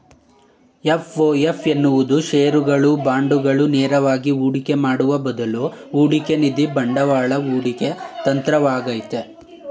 FOF ಎನ್ನುವುದು ಶೇರುಗಳು, ಬಾಂಡುಗಳು ನೇರವಾಗಿ ಹೂಡಿಕೆ ಮಾಡುವ ಬದ್ಲು ಹೂಡಿಕೆನಿಧಿ ಬಂಡವಾಳ ಹೂಡಿಕೆ ತಂತ್ರವಾಗೈತೆ